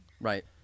Right